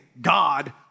God